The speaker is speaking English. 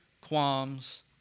qualms